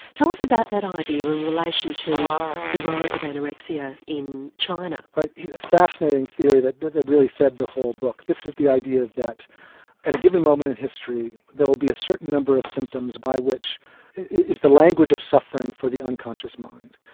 tell us about that idea in relation to the rise of anorexia in china? a fascinating theory that that really fed the whole book, this is the idea that at a given moment in history there will be a certain number of symptoms by which is the language of suffering for the unconscious mind.